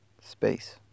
space